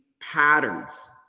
patterns